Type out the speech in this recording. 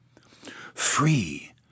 Free